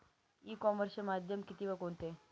E कॉमर्सचे माध्यम किती व कोणते?